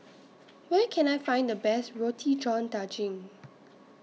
Where Can I Find The Best Roti John Daging